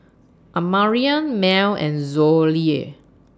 Amarion Mel and Zollie